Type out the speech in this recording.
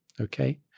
okay